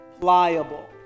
pliable